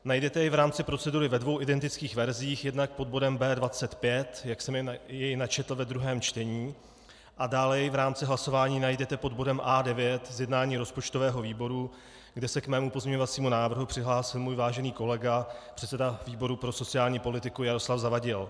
Najdete jej v rámci procedury ve dvou identických verzích, jednak pod bodem B25, jak jsem jej načetl ve druhém čtení, a dále jej v rámci hlasování najdete pod bodem A9 z jednání rozpočtového výboru, kde se k mému pozměňovacímu návrhu přihlásil můj vážený kolega, předseda výboru pro sociální politiku Jaroslav Zavadil.